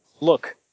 Look